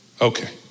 Okay